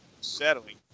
settling